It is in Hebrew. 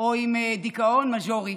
או עם דיכאון מז'ורי